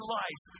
life